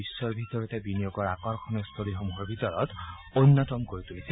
বিশ্বৰ ভিতৰতে বিনিয়োগৰ আকৰ্ষণীয়স্থলীসমূহৰ ভিতৰত অন্যতম কৰি তুলিছে